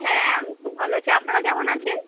হ্যাঁ আমি খুব ভালো আছি আপনারা কেমন আছেন